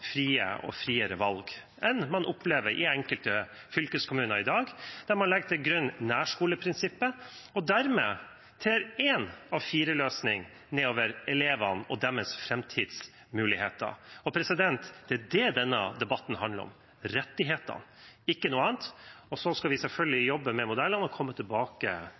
frie valg, og friere enn man opplever i enkelte fylkeskommuner i dag, der man legger til grunn nærskoleprinsippet – og dermed trer en A4-løsning ned over elevene og deres framtidsmuligheter. Det er det denne debatten handler om: rettighetene – ikke noe annet. Så skal vi selvfølgelig jobbe med modellene og komme tilbake